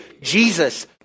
Jesus